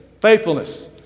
Faithfulness